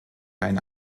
einen